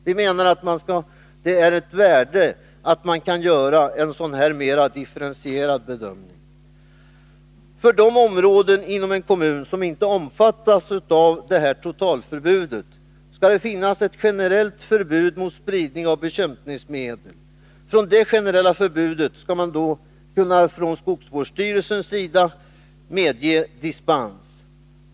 Vi menar att det har ett värde att man kan göra en mera differentierad bedömning. För de skogsområden inom en kommun som inte omfattas av totalförbudet bör ett generellt förbud mot spridning av bekämpningsmedel för lövslybekämpning gälla. Från detta generella förbud bör det vara möjligt för skogsvårdsstyrelsen att i vissa fall medge dispens.